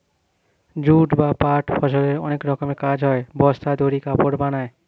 jute বা পাট ফসলের অনেক রকমের কাজ হয়, বস্তা, দড়ি, কাপড় বানায়